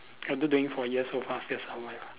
I do twenty four years so far still sama ah